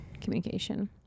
communication